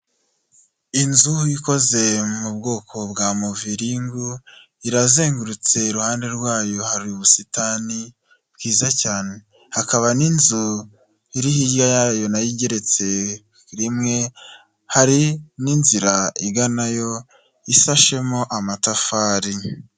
Inzu ikoze mu bwoko bwa muviringu, irazengurutse iruhande rwayo hari ubusitani bwiza cyane. Hakaba n'inzu iri hirya yayo na yo igeretse rimwe, hari n'inzira iganayo, ishashemo amatafari.